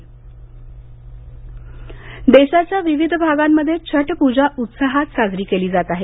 छठ प्जा देशाच्या विविध भागांमध्ये छठ पूजा उत्साहात साजरी केली जात आहे